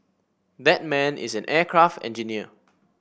that man is an aircraft engineer